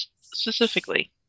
specifically